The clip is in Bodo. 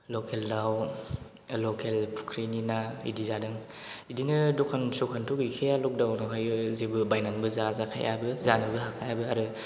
लकेल दाउ लकेल फुख्रिनि ना बिदि जादों बिदिनो दखान सखानथ' गैखाया लकदाउन आवहायो जेबो बायनानैबो जाजाखायाबो जोनोबो हाखायाबो आरो